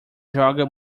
joga